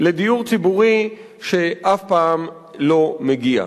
לדיור ציבורי שאף פעם לא מגיע?